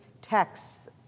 texts